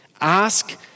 Ask